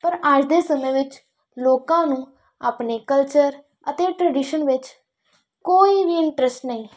ਪਰ ਅੱਜ ਦੇ ਸਮੇਂ ਵਿੱਚ ਲੋਕਾਂ ਨੂੰ ਆਪਣੇ ਕਲਚਰ ਅਤੇ ਟਰੈਡੀਸ਼ਨ ਵਿੱਚ ਕੋਈ ਵੀ ਇੰਟਰਸਟ ਨਹੀਂ